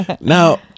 Now